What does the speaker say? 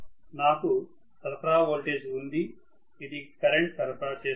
నాకు సరఫరా వోల్టేజ్ ఉంది ఇది కరెంట్ సరఫరా చేస్తుంది